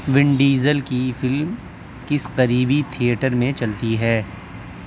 one Diesel کی film کس قریبی تھیٹر میں چلتی ہے